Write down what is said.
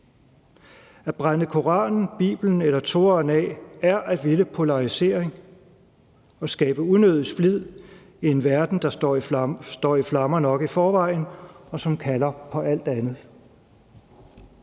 At brænde Koranen, Bibelen eller Toraen af er at ville polarisering og skabe unødig splid i en verden, der står i flammer nok i forvejen, og som kalder på alt andet.